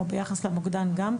או ביחס למוקדן גם,